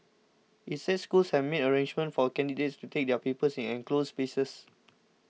it said schools have made arrangements for candidates to take their papers in enclosed spaces